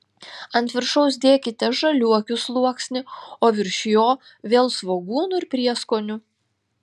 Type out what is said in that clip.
ant viršaus dėkite žaliuokių sluoksnį o virš jo vėl svogūnų ir prieskonių